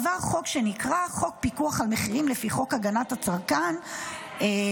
עבר חוק שנקרא חוק פיקוח על מחירים לפי חוק הגנת הצרכן וכו',